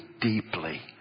deeply